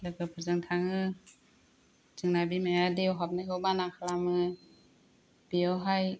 लोगोफोरजों थाङो जोंना बिमाया दैयाव हाबनायखौ माना खालामो बेयावहाय